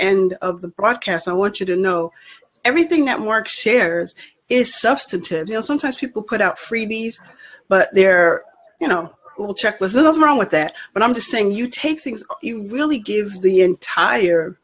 end of the broadcast i want you to know everything that work shares is substantive you know sometimes people put out freebies but there you know who will check with the wrong with that but i'm just saying you take things you really give the entire